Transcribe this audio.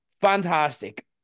fantastic